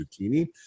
zucchini